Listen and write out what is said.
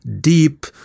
deep